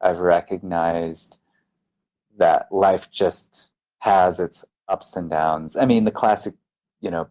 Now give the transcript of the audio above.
i've recognized that life just has its ups and downs. i mean the classic you know